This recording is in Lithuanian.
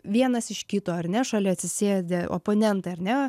vienas iš kito ar ne šalia atsisėdę oponentą ar ne